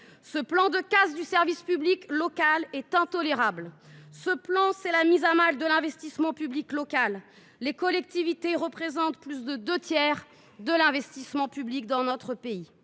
Ce plan de casse du service public local est intolérable. Ce plan, c’est la mise à mal de l’investissement public local, alors même que les collectivités financent plus des deux tiers de l’investissement public de notre pays.